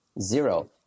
Zero